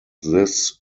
this